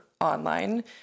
online